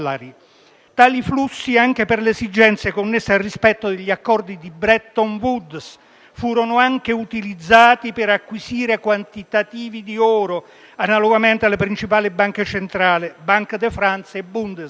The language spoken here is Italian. Tali flussi, anche per le esigenze connesse al rispetto degli accordi di Bretton Woods, furono anche utilizzati per acquisire quantitativi di oro, analogamente alle principali banche centrali (Banque de France e Bundesbank).